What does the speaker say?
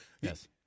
Yes